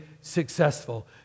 successful